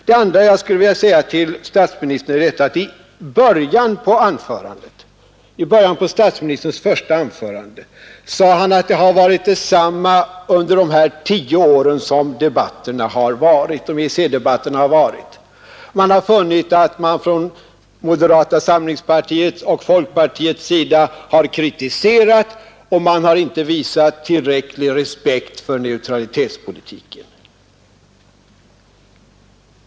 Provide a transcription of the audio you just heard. Det andra jag skulle vilja säga till statsministern gäller vad han i början — Nr 137 av sitt första anförande påstod att förhållandet har varit detsamma under Torsdagen den de tio år som EEC-debatterna har pågått, nämligen att man från 2 december 1971 moderata samlingspartiets och folkpartiets sida har kritiserat ochintehar ——— visat tillräcklig respekt för neutralitetspolitiken.